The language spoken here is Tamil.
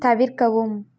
தவிர்க்கவும்